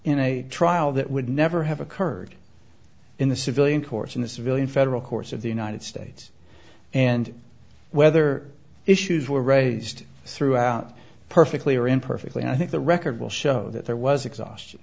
in a trial that would never have occurred in the civilian courts in the civilian federal courts of the united states and whether issues were raised throughout perfectly or imperfectly i think the record will show that there was exhaustion